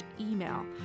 email